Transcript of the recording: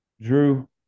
Drew